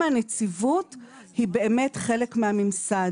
הנציבות היא באמת חלק מהממסד.